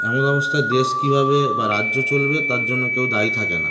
এমন অবস্থায় দেশ কীভাবে বা রাজ্য চলবে তার জন্য কেউ দায়ী থাকে না